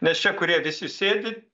nes čia kurie visi sėdi